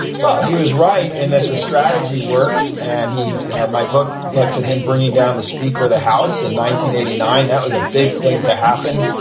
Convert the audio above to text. well, he was right. and that the strategy works. and he my book looks at him bringing down the speaker of the house in nineteen eighty nine. that was a big thing to happen.